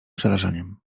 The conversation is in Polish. przerażeniem